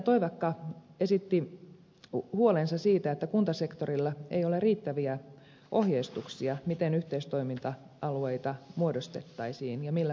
toivakka esitti huolensa siitä että kuntasektorilla ei ole riittäviä ohjeistuksia miten yhteistoiminta alueita muodostettaisiin ja millä perusteilla